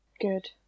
Good